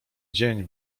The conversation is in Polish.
dzień